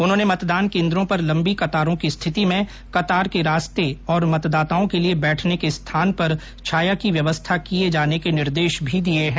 उन्होंने मतदान केन्द्रों पर लम्बी कतारों की स्थिति में कतार के रास्ते तथा मतदाताओं के लिए बैठने के स्थान पर छाया की व्यवस्था किए जाने के निर्देश भी दिए हैं